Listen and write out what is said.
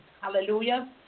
Hallelujah